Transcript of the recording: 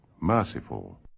merciful